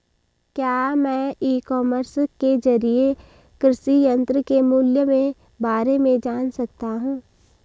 क्या मैं e commerce के ज़रिए कृषि यंत्र के मूल्य में बारे में जान सकता हूँ?